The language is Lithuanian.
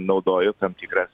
naudoju tam tikras